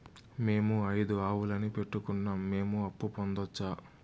మేము ఐదు ఆవులని పెట్టుకున్నాం, మేము అప్పు పొందొచ్చా